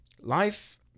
Life